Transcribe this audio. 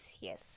Yes